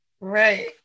Right